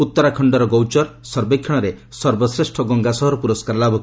ଉତ୍ତରାଖଣ୍ଡର ଗୌଚର ସର୍ବେକ୍ଷଣରେ ସର୍ବଶ୍ରେଷ୍ଠ ଗଙ୍ଗା ସହର ପୁରସ୍କାର ଲାଭ କରିଛି